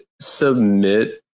submit